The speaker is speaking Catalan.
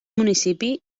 municipi